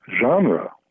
genre